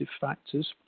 factors